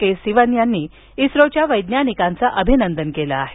के सिवन यांनी इस्त्रोच्या वैज्ञानिकांचं अभिनंदन केलं आहे